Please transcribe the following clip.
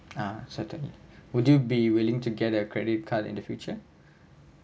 ah certainly would you be willing to get a credit card in the future